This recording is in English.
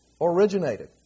originated